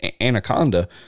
anaconda